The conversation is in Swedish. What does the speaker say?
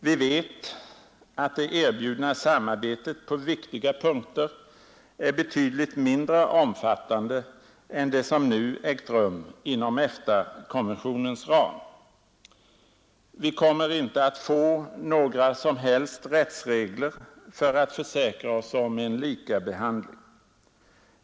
Vi vet att det erbjudna samarbetet på viktiga punkter är betydligt mindre omfattande än det som nu äger rum inom EFTA-konventionens ram. Vi kommer inte att få några som helst rättsregler för att försäkra oss om likabehandling.